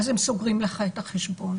אז הם סוגרים לך את החשבון.